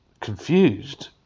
confused